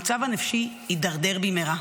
המצב הנפשי הידרדר במהרה.